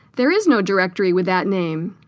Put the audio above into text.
there is no directory with that name